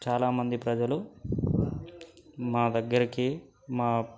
చాలామంది ప్రజలు మా దగ్గరకి మా